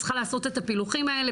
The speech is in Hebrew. היא צריכה לעשות את הפילוחים האלה,